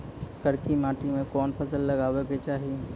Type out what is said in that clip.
करकी माटी मे कोन फ़सल लगाबै के चाही?